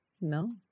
No